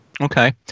Okay